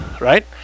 right